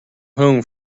home